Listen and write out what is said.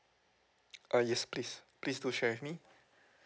uh yes please please do share with me